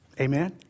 Amen